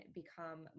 become